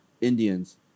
Indians